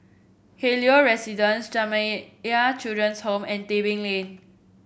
Helios Residences Jamiyah Children's Home and Tebing Lane